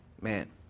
man